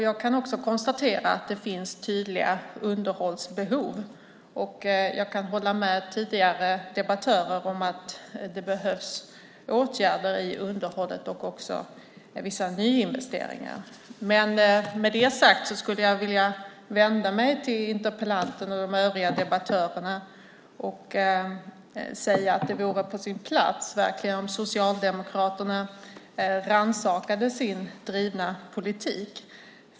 Jag konstaterar också att det finns tydliga underhållsbehov. Jag kan hålla med tidigare debattörer om att det behövs åtgärder när det gäller underhållet och också vissa nyinvesteringar. Med det sagt skulle jag vilja vända mig till interpellanten och de övriga debattörerna och säga att det vore på sin plats om Socialdemokraterna rannsakade sin drivna politik.